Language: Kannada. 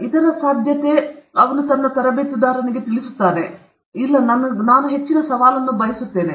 ಇತರ ಸಾಧ್ಯತೆ ಅವನು ತನ್ನ ತರಬೇತುದಾರನಿಗೆ ತಿಳಿಸುತ್ತಾನೆ ಇಲ್ಲ ಇಲ್ಲ ನನ್ನ ಸವಾಲು ಹೆಚ್ಚಿಸಲು ನಾನು ಬಯಸುತ್ತೇನೆ